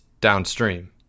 downstream